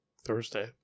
Thursday